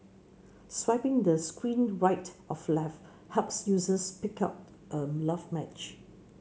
swiping the screen right of life helps users pick out a love match